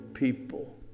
people